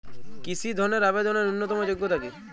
কৃষি ধনের আবেদনের ন্যূনতম যোগ্যতা কী?